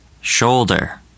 Shoulder